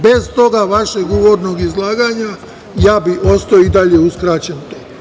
Bez tog vašeg uvodnog izlaganja ja bi ostao i dalje uskraćen.